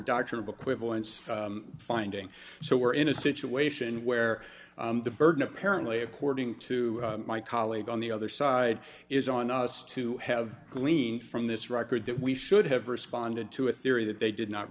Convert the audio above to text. doctrinal quick points finding so we are in a situation where the burden apparently according to my colleague on the other side is on us to have gleaned from this record that we should have responded to a theory that they did not